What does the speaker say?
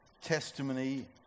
testimony